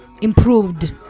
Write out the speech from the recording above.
improved